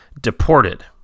deported